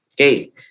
Okay